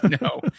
no